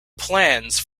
plans